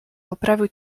poprawił